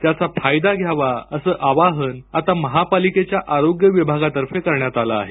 त्याचा फायदा घ्यावा असं आवाहन आता महापालिकेच्या आरोग्य विभागातर्फे करण्यात आलं आहे